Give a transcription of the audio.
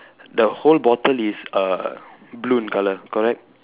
the whole bottle is uh blue in colour correct